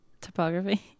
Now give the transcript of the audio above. topography